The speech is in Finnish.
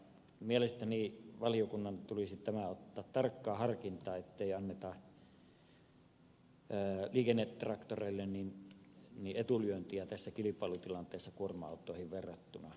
mielestäni valiokunnan tulisi tämä ottaa tarkkaan harkintaan ettei anneta liikennetraktoreille etulyöntiä tässä kilpailutilanteessa kuorma autoihin verrattuna